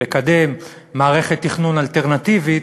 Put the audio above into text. לקדם מערכת תכנון אלטרנטיבית,